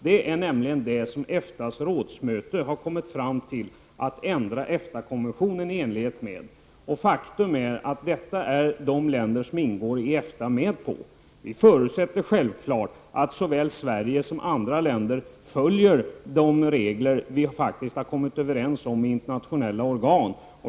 Det är nämligen vad EFTASs rådsmöte har kommit fram till att ändra EFTA-konventionen i enlighet med. Faktum är att detta är de länder som ingår i EFTA med på. Vi förutsätter självklart att såväl Sverige som andra länder följer de regler vi har kommit överens om i internationella organ.